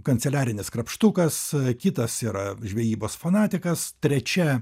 kanceliarinis krapštukas kitas yra žvejybos fanatikas trečia